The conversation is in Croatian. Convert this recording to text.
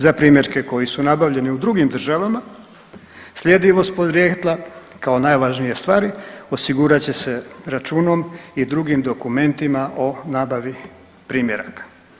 Za primjerke koji su nabavljeni u drugim državama sljedivost podrijetla kao najvažnije stvari osigurat će se računom i drugim dokumentima o nabavi primjeraka.